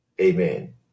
Amen